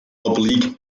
oblique